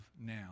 now